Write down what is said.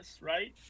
right